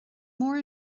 mór